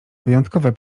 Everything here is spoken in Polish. wyjątkowe